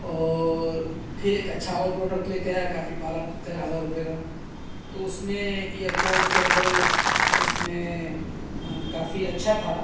اور پھر ایک اچھا اور پروڈکٹ لے کے آیا کافی بارہ تیرا ہزار روپیے کا تو اُس میں ائیر پوڈ کے اندر اُس میں کافی اچھا تھا